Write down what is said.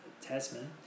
Tasman